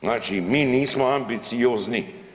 Znači mi nismo ambiciozni.